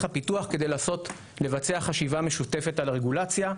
הפיתוח כדי לבצע חשיבה משותפת על הרגולציה.